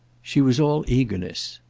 she was all eagerness.